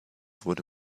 wurde